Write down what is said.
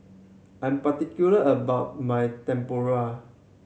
I'm particular about my tempoyak